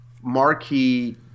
marquee